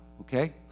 okay